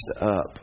up